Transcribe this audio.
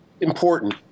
important